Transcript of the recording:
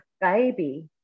baby